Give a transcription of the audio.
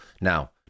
Now